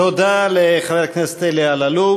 תודה לחבר הכנסת אלי אלאלוף.